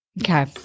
Okay